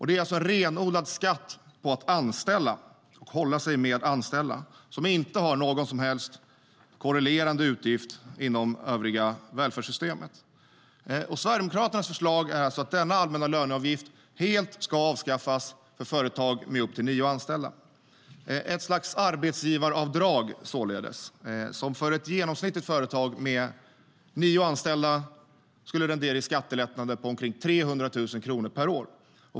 Det är en renodlad skatt på att anställa och på att hålla sig med anställda, som inte har någon som helst korrelerande utgift inom övriga delar av välfärdssystemet. Sverigedemokraternas förslag är att denna allmänna löneavgift helt ska avskaffas för företag med upp till nio anställda. Det är ett slags arbetsgivaravdrag, således, som för ett genomsnittligt företag med nio anställda skulle rendera skattelättnader på omkring 300 000 kronor per år.